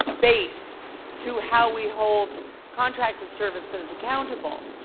base to how we hold contracted services accountable,